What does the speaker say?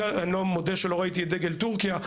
אני מודה שלא ראיתי את דגל תורכיה,